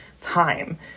time